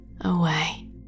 away